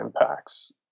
impacts